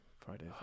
Friday